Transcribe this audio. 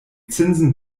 zinsen